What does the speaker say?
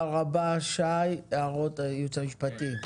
הערות הייעוץ המשפטי.